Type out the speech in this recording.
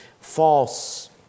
false